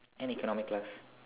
and economical class